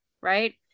right